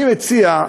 אני מציע,